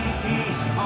peace